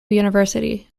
university